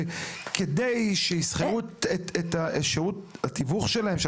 וכדי שישכרו את שירות התיווך שלהם,